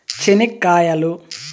చెనిక్కాయలు